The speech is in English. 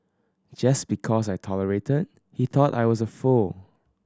just because I tolerated he thought I was a fool